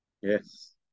yes